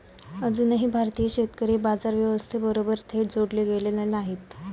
अजूनही भारतीय शेतकरी बाजार व्यवस्थेबरोबर थेट जोडले गेलेले नाहीत